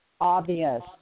obvious